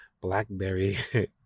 BlackBerry